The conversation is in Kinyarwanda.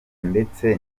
ndetse